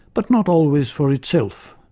but not always for itself.